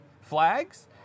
flags